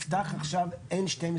תפתח עכשיו N12,